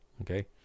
Okay